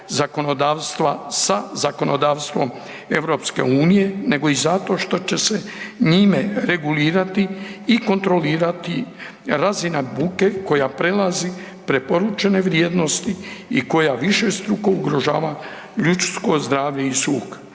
zakonodavstva sa zakonodavstvom EU nego i zato što će se njime regulirati i kontrolirati razina buke koja prelazi preporučene vrijednosti i koja višestruko ugrožava ljudsko zdravlje i sluh.